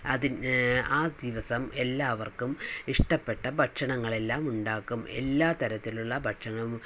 അതിന് ആ ദിവസം എല്ലാവർക്കും ഇഷ്ട്ടപെട്ട ഭക്ഷണങ്ങളെല്ലാം ഉണ്ടാക്കും എല്ലാ തരത്തിലുള്ള ഭക്ഷണവും